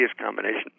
combination